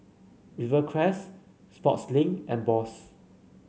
Rivercrest Sportslink and Bose